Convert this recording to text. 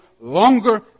longer